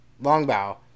Longbow